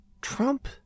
Trump